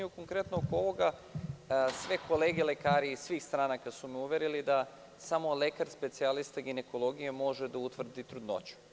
Konkretno oko ovoga, sve kolege lekari, iz svih stranaka, su me uverili da samo lekar specijalista ginekologije može da utvrdi trudnoću.